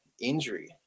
injury